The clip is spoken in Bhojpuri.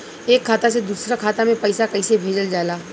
एक खाता से दूसरा खाता में पैसा कइसे भेजल जाला?